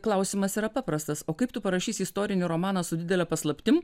klausimas yra paprastas o kaip tu parašysi istorinį romaną su didele paslaptim